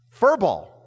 Furball